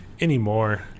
anymore